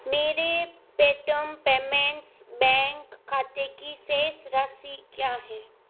मेरे Paytm payments bank खाते की शेष राशि क्या है